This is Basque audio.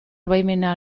baimena